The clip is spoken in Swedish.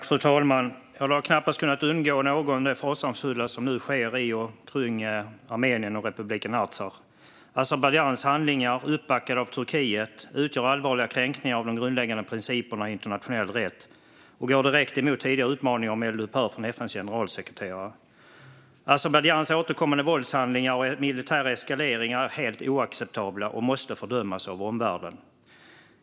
Fru talman! Det fasansfulla som nu sker i och omkring Armenien och Republiken Artsach har knappast kunnat undgå någon. Azerbajdzjans handlingar, uppbackade av Turkiet, utgör allvarliga kränkningar av de grundläggande principerna i internationell rätt och går direkt emot tidigare uppmaningar om eldupphör från FN:s generalsekreterare. Azerbajdzjans återkommande våldshandlingar och militära eskalering är helt oacceptabla och måste fördömas av omvärlden.